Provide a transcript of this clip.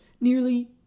nearly